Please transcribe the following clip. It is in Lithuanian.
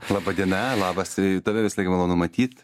laba diena labas a tave visą laiką malonu matyt